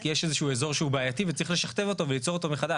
כי יש איזה שהוא אזור שהוא בעייתי וצריך לשכתב אותו וליצור אותו מחדש,